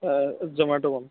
Zomato